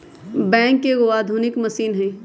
backhoe एगो आधुनिक machine हइ